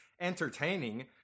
entertaining